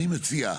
מציע,